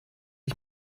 ich